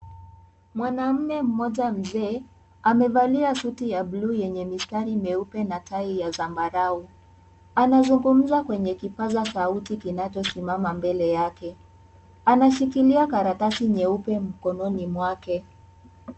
Mwanaume mmoja mzee, amevalia suti ya buluu yenye mistari meupe na tai ya zambarau. Anazungumza kwenye kipaza sauti kinachosimama mbele yake. Anashikilia karatasi nyeupe mkononi mwake.